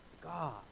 God